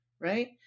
right